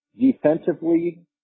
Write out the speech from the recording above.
Defensively